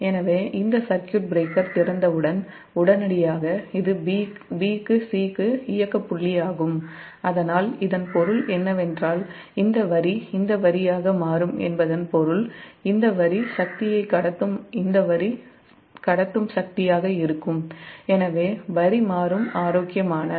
எனவே இந்த circuit breaker திறந்தவுடன் உடனடியாக இது b மற்றும் c க்கு இயக்க புள்ளியாகும் அதனால் இதன் பொருள் என்னவென்றால் இந்த வரி இந்த வரியாக மாறும் என்பதன் பொருள் இந்த வரி சக்தியை கடத்தும் இந்த வரி கடத்தும் சக்தியாக இருக்கும் எனவே ஆரோக்கியமான வரி மாறும்